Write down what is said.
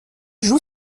joue